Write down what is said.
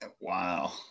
Wow